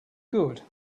good